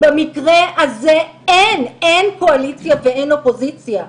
במקרה הזה אין, אין קואליציה ואין אופוזיציה.